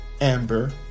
amber